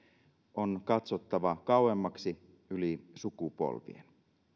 on katsottava kauemmaksi yli sukupolvien